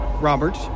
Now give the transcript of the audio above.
Robert